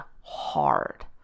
hard